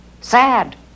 Sad